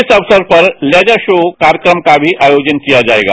इस अवसर पर लेजर सो कार्यक्रम का भी आयोजन किया जाएगा